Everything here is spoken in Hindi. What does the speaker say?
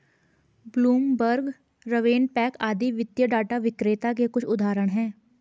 ब्लूमबर्ग, रवेनपैक आदि वित्तीय डाटा विक्रेता के कुछ उदाहरण हैं